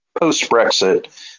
post-Brexit